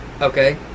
Okay